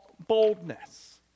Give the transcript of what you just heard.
Boldness